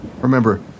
remember